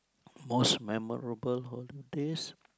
most memorable holidays